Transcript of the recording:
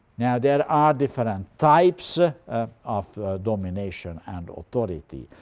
now there are different types ah of of domination and authority.